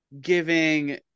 giving